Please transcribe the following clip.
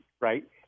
right